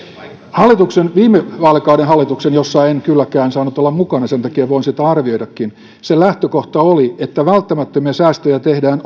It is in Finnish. viime vaalikauden hallituksen jossa en kylläkään saanut olla mukana ja sen takia voin sitä arvioidakin lähtökohta oli että välttämättömiä säästöjä tehdään